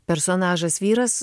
personažas vyras